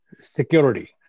security